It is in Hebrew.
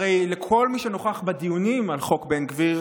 הרי כל מי שנכח בדיונים על חוק בן גביר